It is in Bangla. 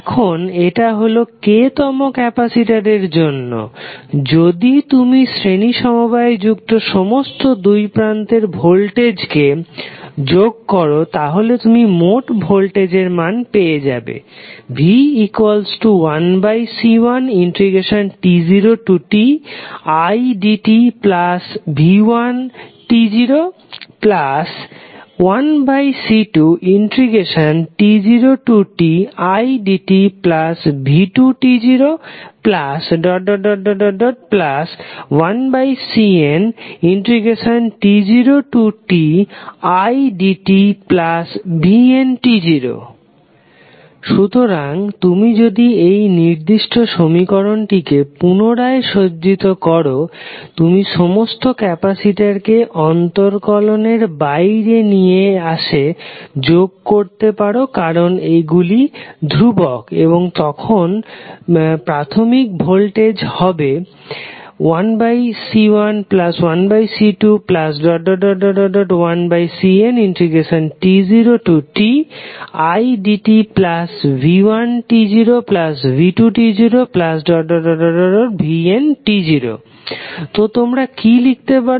এখন এটা হলো k তম ক্যাপাসিটরের জন্য যদি তুমি শ্রেণী সমবায়ে যুক্ত সমস্ত দুই প্রান্তের ভোল্টেজকে যোগ করো তাহলে তুমি মোট ভোল্টেজের মান পেয়ে যাবে v1C1t0tidtv11C2t0tidtv21Cnt0tidtvn সুতরাং তুমি যদি এই নির্দিষ্ট সমীকরণটিকে পুনরায় সজ্জিত করো তুমি সমস্ত ক্যাপাসিটরকে অন্তরকলনের বাইরে নিয়ে আসে যোগ করতে পারো কারণ এগুলি দ্রুবক এবং তখন প্রাথমিক ভোল্টেজ হবে 1C11C21Cnt0tidtv1t0v2t0vnt0 তো তোমরা কি লিখতে পারো